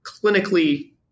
clinically